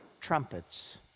trumpets